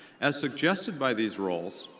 as suggested by these roles,